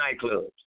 nightclubs